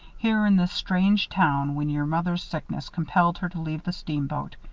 here in this strange town when your mother's sickness compelled her to leave the steamboat.